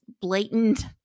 blatant